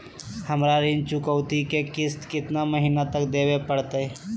हमरा ऋण चुकौती के किस्त कितना महीना तक देवे पड़तई?